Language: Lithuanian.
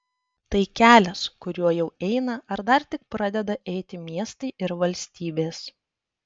tai kelias kuriuo jau eina ar dar tik pradeda eiti miestai ir valstybės